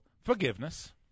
forgiveness